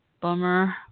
Bummer